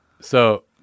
So-